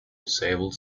disabled